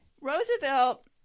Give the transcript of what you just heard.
Roosevelt